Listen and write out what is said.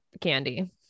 candy